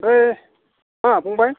बै मा फंबाय